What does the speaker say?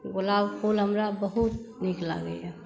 गुलाब फूल हमरा बहुत नीक लागैया